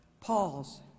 pause